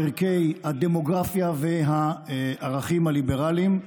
ערכי דמוקרטיה וערכים ליברליים.